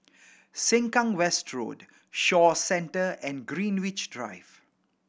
Sengkang West Road Shaw Centre and Greenwich Drive